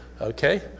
Okay